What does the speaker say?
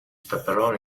pepperoni